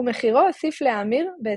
ומחירו הוסיף להאמיר בהתאם.